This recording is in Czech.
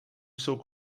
jsou